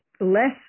less